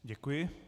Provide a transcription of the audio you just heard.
Děkuji.